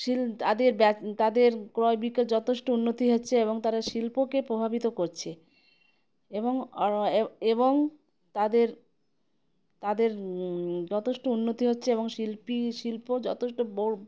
শিল তাদের তাদের ক্রয় বিক্যশ যথেষ্ট উন্নতি হচ্ছে এবং তারা শিল্পকে প্রভাবিত করছে এবং এবং তাদের তাদের যথেষ্ট উন্নতি হচ্ছে এবং শিল্পী শিল্প যথেষ্ট বড়